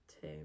two